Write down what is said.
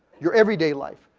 your everyday life.